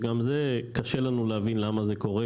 שגם זה קשה לנו להבין למה זה קורה.